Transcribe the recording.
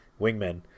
wingmen